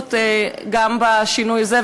ההתחשבות גם בשינוי הזה,